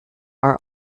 are